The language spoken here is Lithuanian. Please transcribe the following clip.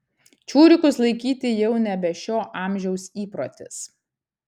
čiurikus laikyti jau nebe šio amžiaus įprotis